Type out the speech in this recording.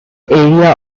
area